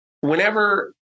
whenever